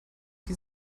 wie